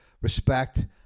respect